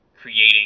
creating